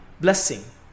blessing